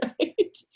right